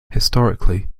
historically